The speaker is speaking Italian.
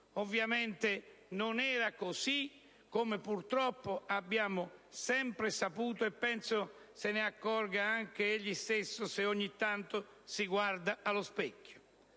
Ovviamente non era così, come purtroppo abbiamo sempre saputo, e penso se ne accorga anche egli stesso, se ogni tanto si guarda allo specchio.